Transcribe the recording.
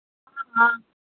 हाँ